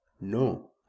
no